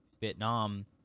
vietnam